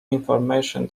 information